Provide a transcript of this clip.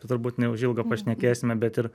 turbūt neužilgo pašnekėsime bet ir